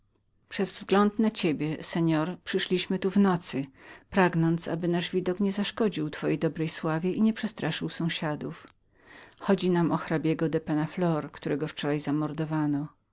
przez wzgląd na pana przyszliśmy tu w nocy pragnąc aby nasz widok nie zaszkodził pańskiej sławie i nie przestraszył sąsiadów idzie tu o hrabiego penna flor którego wczora zamordowano